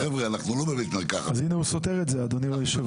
אז הינה הוא סותר את זה, אדוני היושב-ראש.